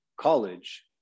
college